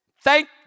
Thank